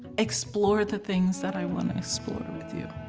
explore the things that i want to explore with you?